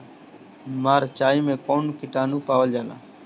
मारचाई मे कौन किटानु पावल जाला?